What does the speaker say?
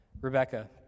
Rebecca